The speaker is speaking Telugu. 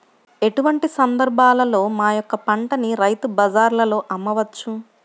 ఎటువంటి సందర్బాలలో మా యొక్క పంటని రైతు బజార్లలో అమ్మవచ్చు?